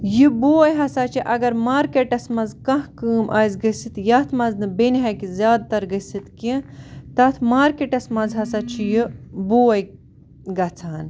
یہِ بوے ہَسا چھِ اگر مارکیٹَس منٛز کانٛہہ کٲم آسہِ گٔژھِتھ یَتھ منٛز نہٕ بیٚنہِ ہیٚکہِ زیادٕتر گٔژھِتھ کینٛہہ تَتھ مارکیٹَس منٛز ہَسا چھِ یہِ بوے گژھان